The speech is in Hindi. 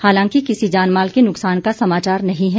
हालांकि किसी जानमाल के नुकसान का समाचार नहीं है